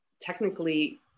technically